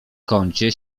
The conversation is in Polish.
kącie